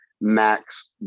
Max